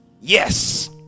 Yes